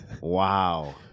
Wow